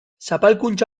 zapalkuntza